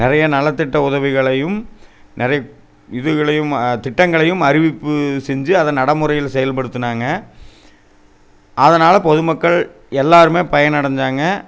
நிறைய நலத்திட்ட உதவிகளையும் நிறைய இதுகளையும் திட்டங்களையும் அறிவிப்பு செஞ்சு அதை நடைமுறையில் செயல்படுத்தினாங்க அதனால் பொதுமக்கள் எல்லாேருமே பயனடைஞ்சாங்க